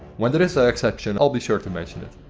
when there is a exception i'll be sure to mention it.